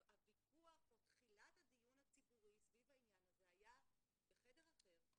הויכוח או תחילת הדיון הציבורי סביב העניין הזה היה בחדר אחר,